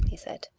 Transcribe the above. he said.